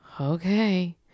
okay